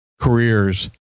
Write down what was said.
careers